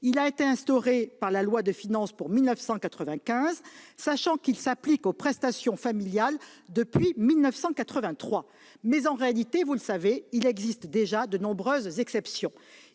Il a été instauré par la loi de finances pour 1995, sachant qu'il s'applique aux prestations familiales depuis 1983. Mais, en réalité, il existe déjà de nombreuses exceptions.